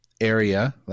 area